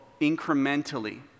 incrementally